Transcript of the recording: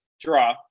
Draw